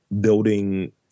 building